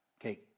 Okay